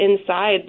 inside